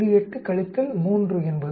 8 கழித்தல் 3 என்பது 3